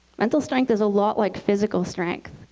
mental strength is a lot like physical strength.